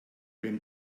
wem